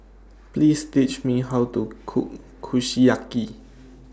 Please Tell Me How to Cook Kushiyaki